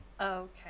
okay